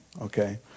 Okay